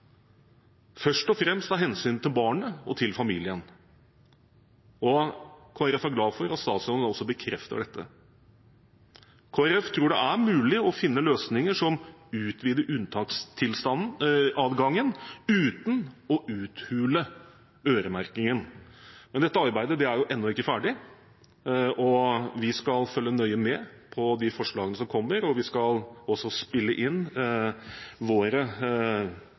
først og fremst av hensyn til barnet og familien. Kristelig Folkeparti er glad for at statsråden også bekrefter dette. Kristelig Folkeparti tror det er mulig å finne løsninger som utvider unntaksadgangen uten å uthule øremerkingen. Men dette arbeidet er ennå ikke ferdig, og vi skal følge nøye med på de forslagene som kommer. Vi skal også spille inn våre